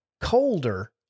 colder